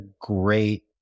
great